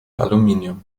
aluminium